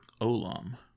Olam